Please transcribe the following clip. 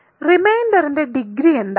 റിമൈൻഡറിന്റെ degree എന്താണ്